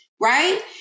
right